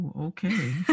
okay